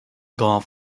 golf